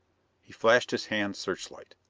he flashed his hand searchlight.